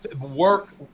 work